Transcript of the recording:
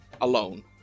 alone